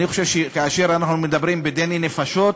אני חושב, שכאשר אנחנו מדברים בדיני נפשות,